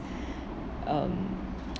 um